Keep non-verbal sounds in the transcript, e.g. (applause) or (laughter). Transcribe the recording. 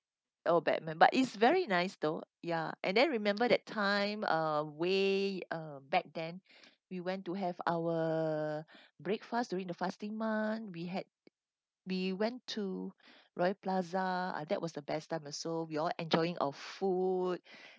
oh batman but it's very nice though ya and then remember that time uh way uh back then (breath) we went to have our break fast during the fasting month we had we went to royal plaza ah that was the best time also we all enjoying our food